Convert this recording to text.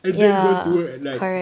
and then go to work at night